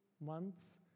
months